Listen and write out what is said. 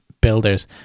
builders